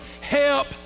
help